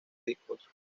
discos